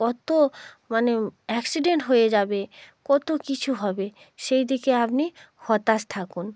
কত মানে অ্যাক্সিডেন্ট হয়ে যাবে কত কিছু হবে সেই দিকে আপনি হতাশ থাকুন